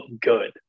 good